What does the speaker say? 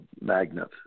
magnet